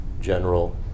general